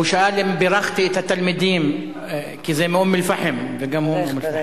הוא שאל אם בירכתי את התלמידים כי הם מאום-אל-פחם וגם הוא מאום-אל-פחם,